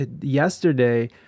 yesterday